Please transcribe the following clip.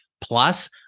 Plus